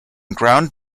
ground